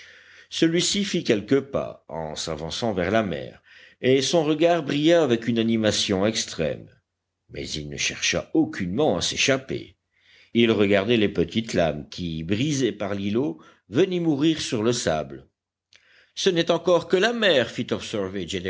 celui-ci fit quelques pas en s'avançant vers la mer et son regard brilla avec une animation extrême mais il ne chercha aucunement à s'échapper il regardait les petites lames qui brisées par l'îlot venaient mourir sur le sable ce n'est encore que la mer fit